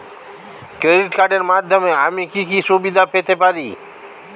Credit কার্ডের মাধ্যমে আমি কি কি সুবিধা পেতে পারি?